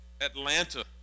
Atlanta